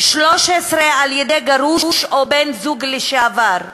13, על-ידי גרוש, בן-זוג לשעבר,